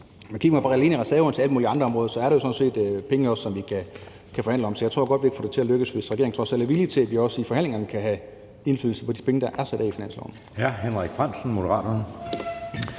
man alene på reserverne til alle mulige andre områder, er der jo sådan set penge nok, som vi kan forhandle om. Så jeg tror godt, at vi kan få det til at lykkes, hvis regeringen trods alt er villig til, at vi også i forhandlingerne kan få indflydelse på de penge, der er sat af i forslaget